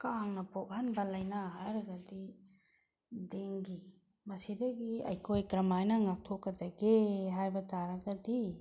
ꯀꯥꯡꯅ ꯄꯣꯛꯍꯟꯕ ꯂꯩꯅꯥ ꯍꯥꯏꯔꯒꯗꯤ ꯗꯦꯡꯒꯤ ꯃꯁꯤꯗꯒꯤ ꯑꯩꯈꯣꯏ ꯀꯔꯝ ꯍꯥꯏꯅ ꯉꯥꯛꯊꯣꯛꯀꯗꯒꯦ ꯍꯥꯏꯕ ꯇꯥꯔꯒꯗꯤ